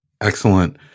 Excellent